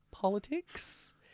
Politics